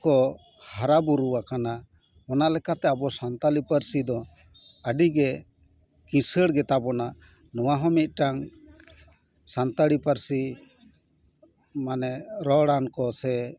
ᱠᱚ ᱦᱟᱨᱟ ᱵᱩᱨᱩᱣᱟᱠᱟᱱᱟ ᱚᱱᱟ ᱞᱮᱠᱟᱛᱮ ᱟᱵᱚ ᱥᱟᱱᱛᱟᱲᱤ ᱯᱟᱹᱨᱥᱤ ᱫᱚ ᱟᱹᱰᱤ ᱜᱮ ᱠᱤᱥᱟᱹᱲ ᱜᱮᱛᱟ ᱵᱚᱱᱟ ᱱᱚᱣᱟ ᱦᱚᱸ ᱢᱤᱫᱴᱟᱝ ᱥᱟᱱᱛᱟᱲᱤ ᱯᱟᱹᱨᱥᱤ ᱢᱟᱱᱮ ᱨᱚᱲᱣᱟᱱ ᱠᱚ ᱥᱮ